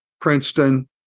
Princeton